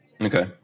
Okay